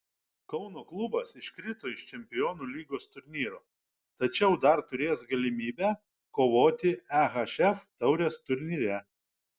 kauno klubas iškrito iš čempionų lygos turnyro tačiau dar turės galimybę kovoti ehf taurės turnyre